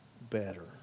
better